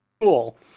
cool